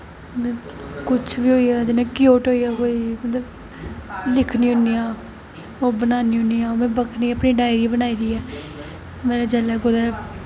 कुछ बी होइया ओह्दे ने कोट होइया मतलब लिखने होने आं ओह् बनानी होनी आं में अपनी बक्खरी डायरी बनाई दी ऐ में जेल्लै कुदै